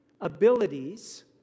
Abilities